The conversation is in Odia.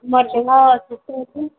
ସୁସ୍ଥ ଅଛି